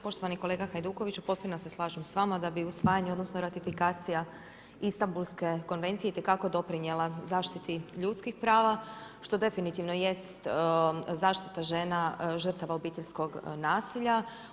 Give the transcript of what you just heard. Poštovani kolega Hajdukoviću, potpuno se slažem s vama da bi usvajanje, odnosno ratifikacija Istambulske konvencije i te kako doprinjela zaštiti ljudskih prava što definitivno jest zaštita žena žrtava obiteljskog nasilja.